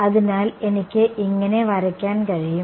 അതിനാൽ എനിക്ക് ഇങ്ങനെ വരയ്ക്കാൻ കഴിയും